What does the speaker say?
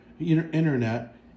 internet